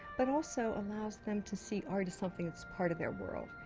but also allows them to see art as something that's part of their world.